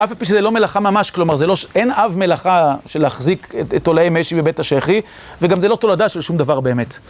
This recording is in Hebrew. אף פי שזה לא מלאכה ממש, כלומר זה לא, אין אב מלאכה של להחזיק את תולעי משי בבית השחי, וגם זה לא תולדה של שום דבר באמת.